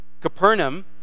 Capernaum